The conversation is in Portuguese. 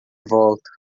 volta